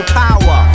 power